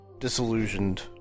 disillusioned